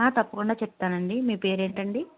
తప్పకుండా చెప్తానండి మీ పేరేంటండి